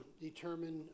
determine